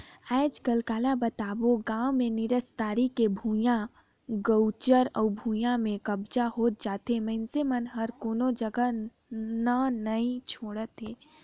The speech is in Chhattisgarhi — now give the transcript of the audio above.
आजकल काला बताबे गाँव मे निस्तारी के भुइयां, गउचर के भुइयां में कब्जा होत जाथे मइनसे मन ह कोनो जघा न नइ छोड़त हे